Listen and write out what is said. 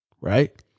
right